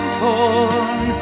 torn